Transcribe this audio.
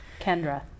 Kendra